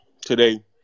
today